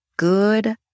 Good